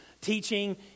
teaching